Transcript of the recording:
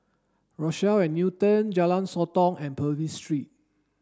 Rochelle at Newton Jalan Sotong and Purvis Street